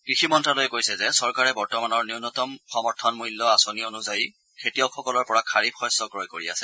কৃষি মন্ত্ৰালয়ে কৈছে যে চৰকাৰে বৰ্তমানৰ ন্যনতম সমৰ্থন মূল্য আঁচনি অনুযায়ী খেতিয়কসকলৰ পৰা খাৰিফ শস্য ক্ৰয় কৰি আছে